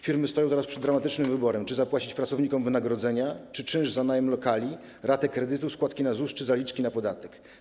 Firmy stoją teraz przed dramatycznym wyborem, czy zapłacić pracownikom wynagrodzenia, czy czynsz za najem lokali, ratę kredytu, składki na ZUS, czy zaliczki na podatek.